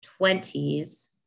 20s